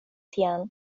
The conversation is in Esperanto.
tian